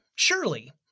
Surely